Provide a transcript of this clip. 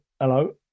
hello